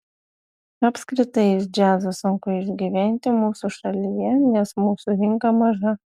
apskritai iš džiazo sunku išgyventi mūsų šalyje nes mūsų rinka maža